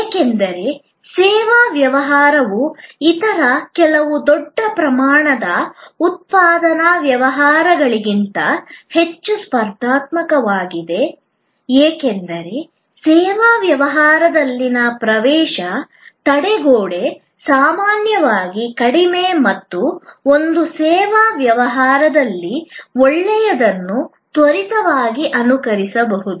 ಏಕೆಂದರೆ ಸೇವಾ ವ್ಯವಹಾರವು ಇತರ ಕೆಲವು ದೊಡ್ಡ ಪ್ರಮಾಣದ ಉತ್ಪಾದನಾ ವ್ಯವಹಾರಗಳಿಗಿಂತ ಹೆಚ್ಚು ಸ್ಪರ್ಧಾತ್ಮಕವಾಗಿದೆ ಏಕೆಂದರೆ ಸೇವಾ ವ್ಯವಹಾರದಲ್ಲಿನ ಪ್ರವೇಶ ತಡೆಗೋಡೆ ಸಾಮಾನ್ಯವಾಗಿ ಕಡಿಮೆ ಮತ್ತು ಒಂದು ಸೇವಾ ವ್ಯವಹಾರದಲ್ಲಿ ಒಳ್ಳೆಯದನ್ನು ತ್ವರಿತವಾಗಿ ಅನುಕರಿಸಬಹುದು